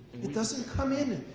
it doesn't come in.